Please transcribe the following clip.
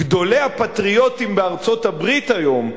גדולי הפטריוטים בארצות-הברית היום,